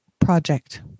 project